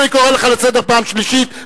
אני קורא לך לסדר פעם שלישית.